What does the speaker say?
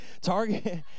Target